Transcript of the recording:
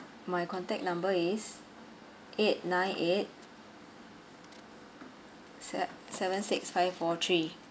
my contact number is eight nine eight se~ seven six five four three